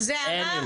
אין ארגון עובדים.